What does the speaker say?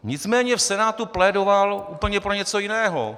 Nicméně v Senátu plédoval úplně pro něco jiného.